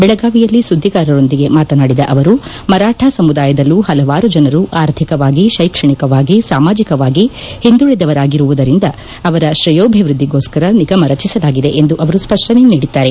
ಬೆಳಗಾವಿಯಲ್ಲಿ ಸುದ್ದಿಗಾರರೊಂದಿಗೆ ಮಾತಾಡಿದ ಅವರು ಮರಾಠ ಸಮುದಾಯದಲ್ಲೂ ಹಲವಾರು ಜನರು ಅರ್ಥಿಕವಾಗಿ ಶೈಕ್ಷಣಿಕವಾಗಿ ಸಾಮಾಜಿಕವಾಗಿ ಒಂದುಳಿದವರಾಗಿರುವುದರಿಂದ ಅವರ ಶ್ರೇಯೋಭಿವೃದ್ಧಿಗೋಶ್ಕರ ನಿಗಮ ರಚಿಸಲಾಗಿದೆ ಎಂದು ಅವರು ಸ್ಪಷ್ಟಣೆ ನೀಡಿದ್ದಾರೆ